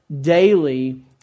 daily